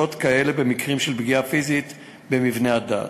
כאלה במקרים של פגיעה פיזית במבני דת.